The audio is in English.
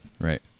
right